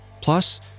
plus